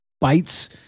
bites